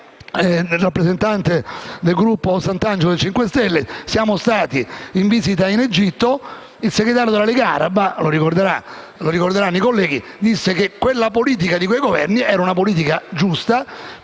rappresentante del Movimento 5 Stelle Santangelo siamo stati in visita in Egitto, il segretario della Lega araba - lo ricorderanno i colleghi - disse che la politica di quei Governi era una politica giusta